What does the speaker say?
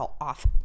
off